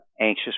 anxious